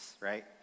right